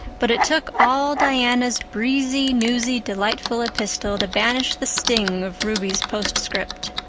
but it took all diana's breezy, newsy, delightful epistle to banish the sting of ruby's postscript.